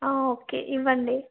okay ఇవ్వండి